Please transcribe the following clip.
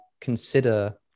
consider